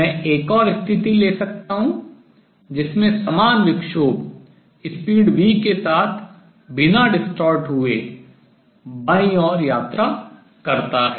मैं एक और स्थिति ले सकता हूँ जिसमें समान विक्षोभ speed चाल v के साथ बिना distort विरूपित हुए बाईं left की ओर यात्रा करता है